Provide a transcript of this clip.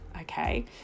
okay